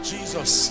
Jesus